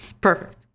Perfect